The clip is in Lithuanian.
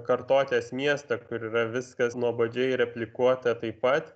kartotės miestą kur yra viskas nuobodžiai replikuota taip pat